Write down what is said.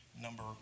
number